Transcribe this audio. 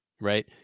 right